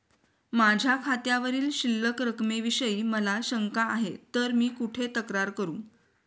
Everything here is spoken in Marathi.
माझ्या खात्यावरील शिल्लक रकमेविषयी मला शंका आहे तर मी कुठे तक्रार करू?